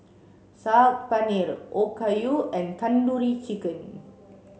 Saag Paneer Okayu and Tandoori Chicken